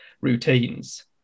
routines